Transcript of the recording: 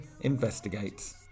investigates